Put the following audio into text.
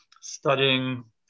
studying